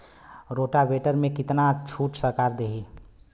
Rotavator में कितना छूट सरकार देही?